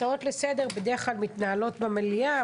הצעות לסדר בדרך כלל מתנהלות במליאה,